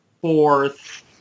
fourth